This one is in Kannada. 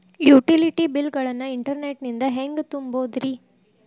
ಯುಟಿಲಿಟಿ ಬಿಲ್ ಗಳನ್ನ ಇಂಟರ್ನೆಟ್ ನಿಂದ ಹೆಂಗ್ ತುಂಬೋದುರಿ?